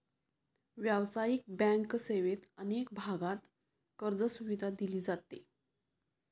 व्यावसायिक बँक सेवेत अनेक भागांत कर्जसुविधा दिली जाते